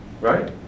Right